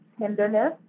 tenderness